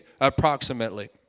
approximately